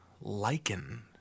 lichen